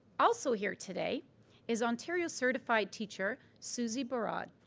also here today is ontario's certified teacher, susie barraud.